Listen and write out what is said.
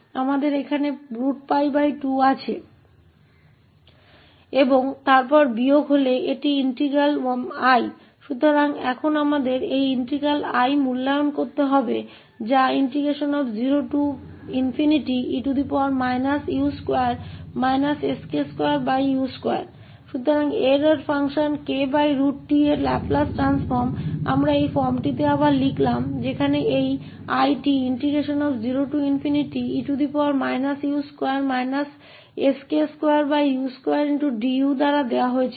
इसलिए अब हमें इस इंटीग्रल 𝐼 का मूल्यांकन करने की आवश्यकता है जो कि 0e u2 sk2u2du है तो हमारे पास यह स्थिति है त्रुटि फ़ंक्शन kt का लैपलेस रूपांतरण हमने इस रूप में फिर से लिखा है जहां यह 𝐼 0e u2 sk2u2du द्वारा दिया गया है